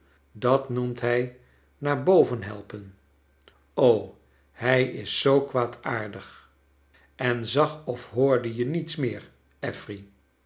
dat noemt hij naar boven helpen o hrj is zoo kwaadaardig en zag of hoorde je niets meer affery